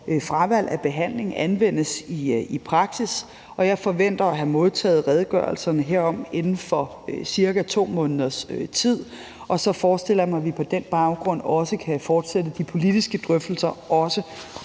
fravalg af behandling anvendes i praksis, og jeg forventer at have modtaget redegørelserne herom inden for ca. 2 måneder, og så forestiller jeg mig, at vi på den baggrund kan fortsætte de politiske drøftelser, også